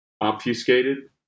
obfuscated